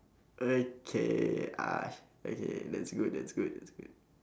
okay ah okay that's good that's good that's good